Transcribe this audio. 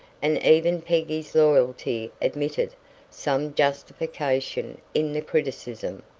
and even peggy's loyalty admitted some justification in the criticism.